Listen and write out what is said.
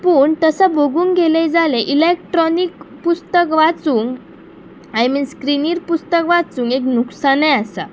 पूण तसा बगूंक गेलय जाल्यार इलेक्ट्रोनीक पुस्तक वाचूंक आय मीन स्क्रिनीर पुस्तक वाचूंक एक नुकसानय आसा